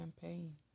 Campaign